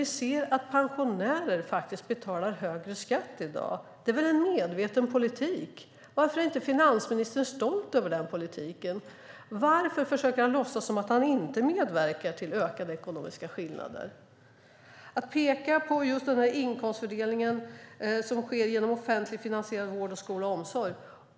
Vi ser att pensionärer betalar högre skatt i dag. Det är väl en medveten politik? Varför är inte finansministern stolt över den politiken? Varför försöker han låtsas som att han inte medverkar till ökade ekonomiska skillnader? Man pekar på inkomstfördelningen som sker genom offentligt finansierad vård, skola och omsorg.